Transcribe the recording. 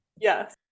Yes